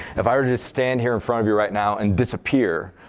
if i were to just stand here in front of you right now and disappear,